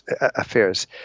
affairs